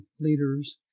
leaders